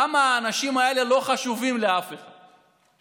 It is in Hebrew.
למה האנשים האלה לא חשובים לאף אחד?